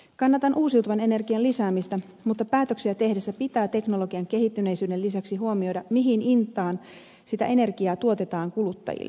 kannatan uusiutuvan energian lisäämistä mutta päätöksiä tehdessä pitää teknologian kehittyneisyyden lisäksi huomioida mihin hintaan sitä energiaa tuotetaan kuluttajille